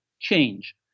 change